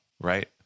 right